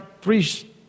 three